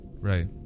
right